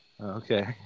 Okay